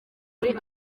muri